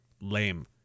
Lame